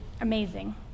amazing